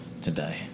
today